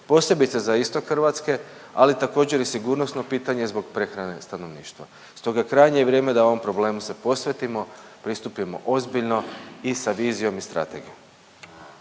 posebice za istok Hrvatske, ali također i sigurnosno pitanje zbog prehrane stanovništva. Stoga krajnje je vrijeme da ovom problemu se posvetimo, pristupimo ozbiljno i sa vizijom i strategijom.